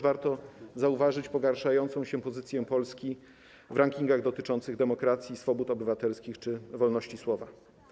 Warto też zauważyć pogarszająca się pozycję Polski w rankingach dotyczących demokracji, swobód obywatelskich czy wolności słowa.